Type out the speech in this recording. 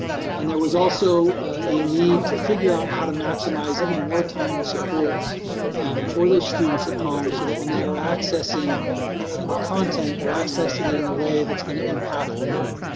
and there was also a need to figure out how to maximize even more time and support for those students at home, so that when they are accessing the content, they're accessing it in a way that's gonna impact learning.